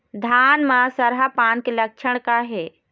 धान म सरहा पान के लक्षण का हे?